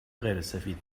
غیرسفید